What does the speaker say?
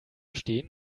steen